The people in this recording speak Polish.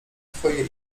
twojej